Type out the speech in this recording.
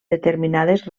determinades